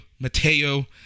Mateo